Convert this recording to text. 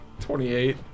28